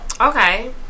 Okay